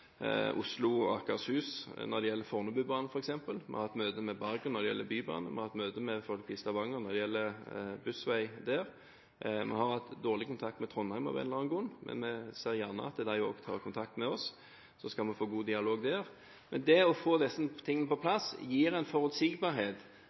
med Bergen om Bybanen. Vi har hatt møte med folk i Stavanger når det gjelder Busway der. Av en eller annen grunn har vi hatt dårlig kontakt med Trondheim, men vi ser gjerne at de òg tar kontakt med oss, så skal vi få en god dialog der. Det å få disse tingene på